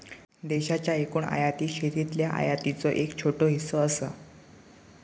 देशाच्या एकूण आयातीत शेतीतल्या आयातीचो एक छोटो हिस्सो असा